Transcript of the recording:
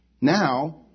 Now